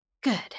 Good